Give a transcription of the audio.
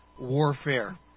warfare